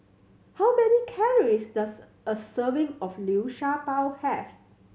how many calories does a serving of Liu Sha Bao have